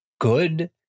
good